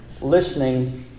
listening